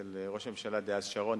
אצל ראש הממשלה דאז שרון,